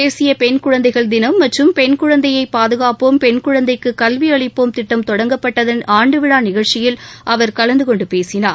தேசிய பெண் குழந்தைகள் தினம் மற்றும் பெண் குழந்தையை பாதுகாப்போம் பெண் குழந்தைக்கு கல்வி அளிப்போம் திட்டம் தொடங்கப்பட்டதன் ஆண்டு விழா நிகழ்ச்சியில் அவர் கலந்து கொண்டு பேசினார்